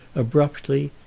abruptly,